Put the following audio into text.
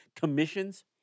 commissions